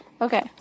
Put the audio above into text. Okay